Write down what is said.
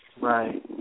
Right